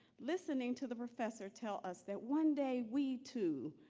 listening to the professor tell us that one day, we too,